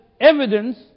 evidence